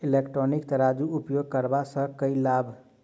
Electronic तराजू उपयोग करबा सऽ केँ लाभ?